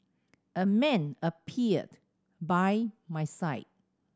a man appeared by my side